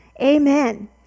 Amen